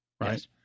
Right